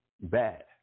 bad